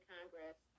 Congress